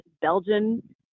Belgian